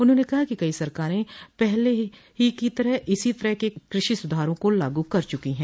उन्होंने कहा कि कई राज्य सरकारें पहले ही इस तरह के कृषि सुधारों को लागू कर चुकी हैं